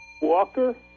Walker